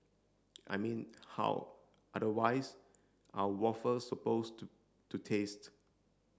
I mean how otherwise are waffles supposed to taste